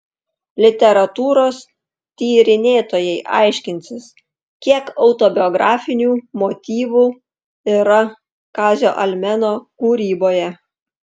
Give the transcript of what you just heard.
literatūros tyrinėtojai aiškinsis kiek autobiografinių motyvų yra kazio almeno kūryboje